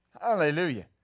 Hallelujah